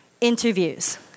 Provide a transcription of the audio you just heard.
interviews